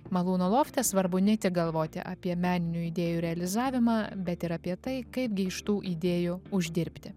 malūno lofte svarbu ne tik galvoti apie meninių idėjų realizavimą bet ir apie tai kaipgi iš tų idėjų uždirbti